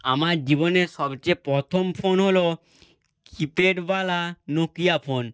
আমার জীবনের সবচেয়ে প্রথম ফোন হলো কীপ্যাডওয়ালা নোকিয়া ফোন